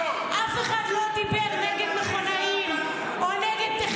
אף אחד לא דיבר נגד מכונאים או נגד -- צוות האוויר שעל הקרקע.